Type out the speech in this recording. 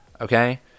Okay